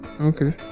okay